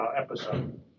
episode